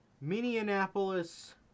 Minneapolis